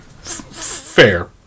Fair